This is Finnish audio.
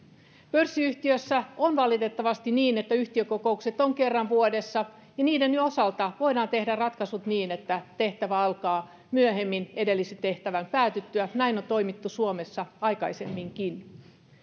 pörssiyhtiössä on valitettavasti niin että yhtiökokoukset ovat kerran vuodessa ja niiden osalta voidaan tehdä ratkaisut niin että tehtävä alkaa myöhemmin edellisen tehtävän päätyttyä näin on toimittu suomessa aikaisemminkin